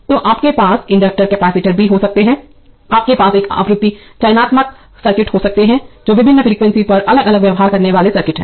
तोआपके पास inductor capacitor भी हो सकते हैं आपके पास एक आवृत्ति चयनात्मक सर्किट हो सकते है जो विभिन्न फ्रीक्वेंसी पर अलग अलग व्यवहार करने वाले सर्किट हैं